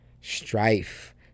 strife